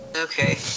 Okay